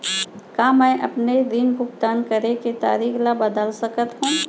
का मैं अपने ऋण भुगतान करे के तारीक ल बदल सकत हो?